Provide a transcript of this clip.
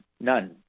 none